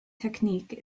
technique